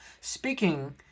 Speaking